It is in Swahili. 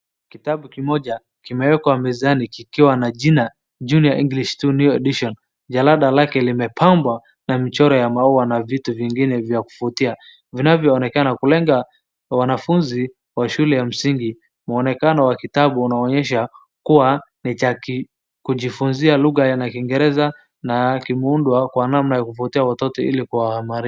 Kitabu kimoja kimewekwa mezani kikiwa na jina Junior English 2 Edition , jarada lake limepambwa na michoro ya maua a vitu vingine vya kuvutia vinavyoonekana kulenga wanafunzi wa shule ya msingi, muonekano wa kutabu unaonyesha kuwa ni cha kujifunzia lugha ya kiingereza na kimeundwa kwa namna ya kuvutia watoto.